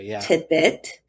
tidbit